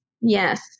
Yes